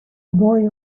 boy